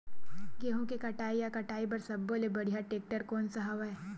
गेहूं के कटाई या कटाई बर सब्बो ले बढ़िया टेक्टर कोन सा हवय?